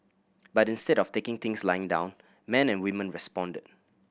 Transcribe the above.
but instead of taking things lying down men and women responded